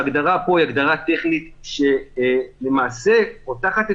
ההגדרה פה היא הגדרה טכנית שלמעשה פותחת את